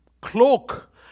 cloak